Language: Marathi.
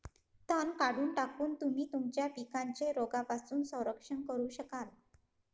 तण काढून टाकून, तुम्ही तुमच्या पिकांचे रोगांपासून संरक्षण करू शकाल